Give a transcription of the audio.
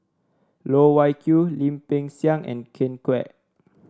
Loh Wai Kiew Lim Peng Siang and Ken Kwek